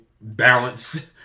balance